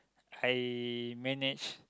I manage